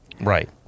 Right